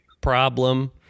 problem